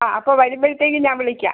ആ അപ്പോൾ വരുമ്പോഴത്തേയ്ക്കും ഞാൻ വിളിക്കാം